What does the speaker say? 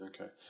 Okay